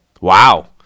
wow